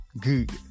good